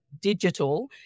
digital